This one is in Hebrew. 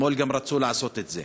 גם אתמול רצו לעשות את זה.